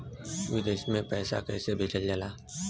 विदेश में पैसा कैसे भेजल जाला?